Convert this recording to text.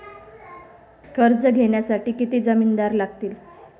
कर्ज घेण्यासाठी किती जामिनदार लागतील?